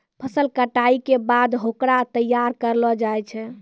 फसल कटाई के बाद होकरा तैयार करलो जाय छै